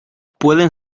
pueden